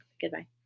Goodbye